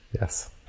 Yes